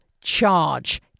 charge